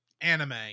anime